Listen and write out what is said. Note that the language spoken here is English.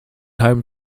home